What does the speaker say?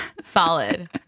Solid